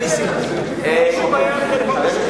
אין לי שום בעיה עם טלפון כשר.